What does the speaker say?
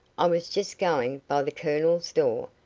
i was just going by the colonel's door,